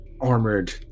armored